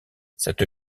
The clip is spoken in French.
cette